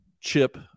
chip